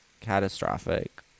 catastrophic